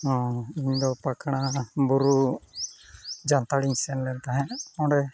ᱦᱮᱸ ᱤᱧᱫᱚ ᱯᱟᱠᱲᱟ ᱵᱩᱨᱩ ᱡᱟᱱᱛᱷᱟᱲᱤᱧ ᱥᱮᱱ ᱞᱮᱱ ᱛᱟᱦᱮᱸᱫ ᱚᱸᱰᱮ